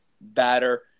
batter